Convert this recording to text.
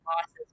losses